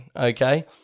Okay